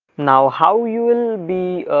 now how you will be